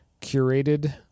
curated